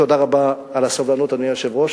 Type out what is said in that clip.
תודה רבה על הסבלנות, אדוני היושב-ראש.